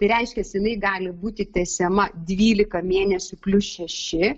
tai reiškias jinai gali būti tęsiama dvylika mėnesių plius šeši